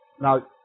Now